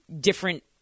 different